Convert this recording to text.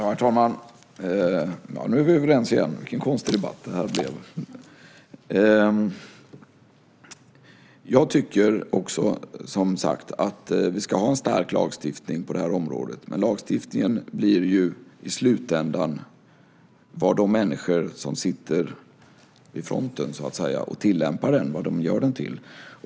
Herr talman! Nu är vi överens igen! Vilken konstig debatt det här blev! Jag tycker också, som sagt, att vi ska ha en stark lagstiftning på det här området, men lagstiftningen blir ju i slutändan vad de människor som så att säga sitter vid fronten och tillämpar den gör den till.